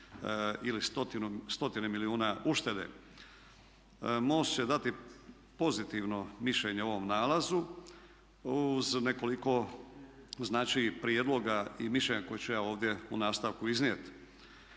ili stotine milijuna uštede. MOST će dati pozitivno mišljenje o ovom nalazu uz nekoliko znači prijedloga i mišljenja koje ću ja ovdje u nastavku iznijeti.